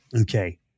Okay